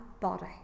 body